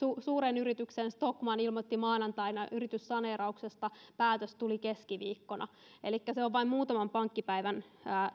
suuren yrityksen stockmann ilmoitti maanantaina yrityssaneerauksesta päätös tuli keskiviikkona elikkä se on vain muutaman pankkipäivän